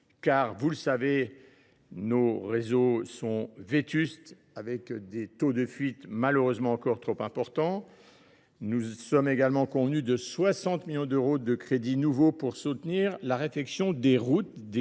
chers collègues, que ces réseaux sont vétustes, avec des taux de fuites encore trop importants. Nous sommes également convenus de 60 millions d’euros de crédits nouveaux pour soutenir la réfection des routes des